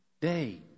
day